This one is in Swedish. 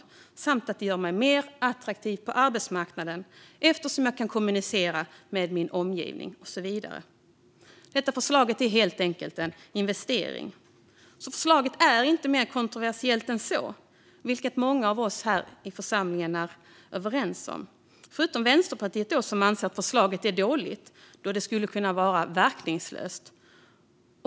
Dessutom gör det mig mer attraktiv på arbetsmarknaden eftersom jag kan kommunicera med min omgivning och så vidare. Detta förslag är helt enkelt en investering. Förslaget är inte mer kontroversiellt än så. Det är många av oss här i församlingen överens om, förutom Vänsterpartiet, som anser att förslaget är dåligt då det skulle kunna vara verkningslöst.